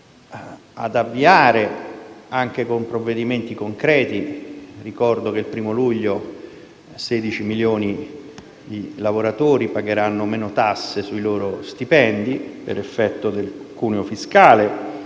ad avviare anche con provvedimenti concreti. Ricordo che il 1° luglio 16 milioni di lavoratori pagheranno meno tasse sui loro stipendi per effetto del cuneo fiscale